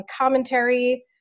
commentary